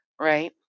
right